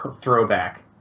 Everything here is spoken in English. throwback